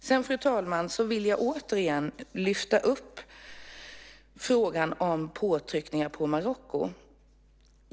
Jag vill också, fru talman, återigen lyfta upp frågan om påtryckningar på Marocko.